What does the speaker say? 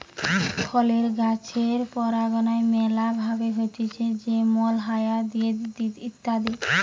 ফলের গাছের পরাগায়ন ম্যালা ভাবে হতিছে যেমল হায়া দিয়ে ইত্যাদি